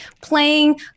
playing